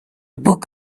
book